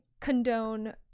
condone